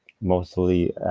mostly